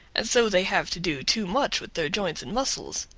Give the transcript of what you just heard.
and so they have to do too much with their joints and muscles,